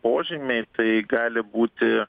požymiai tai gali būti